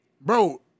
Bro